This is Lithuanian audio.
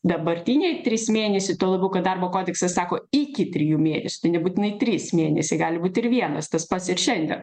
dabartiniai trys mėnesiai tuo labiau kad darbo kodeksas sako iki trijų mėnesių ten nebūtinai trys mėnesiai gali būt ir vienas tas pats ir šiandien